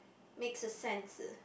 make sense